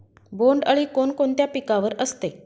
बोंडअळी कोणकोणत्या पिकावर असते?